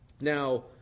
Now